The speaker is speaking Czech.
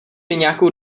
nějakou